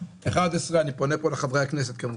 אני פונה פה לחברי הכנסת כמובן.